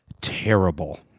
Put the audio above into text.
terrible